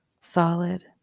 Solid